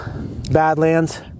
Badlands